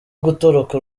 gutoroka